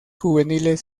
juveniles